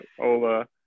Ola